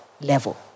level